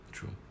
True